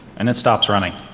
and it stops running.